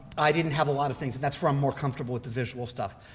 i didn't have a lot of things. and that's where i'm more comfortable with the visual stuff.